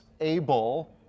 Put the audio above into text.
able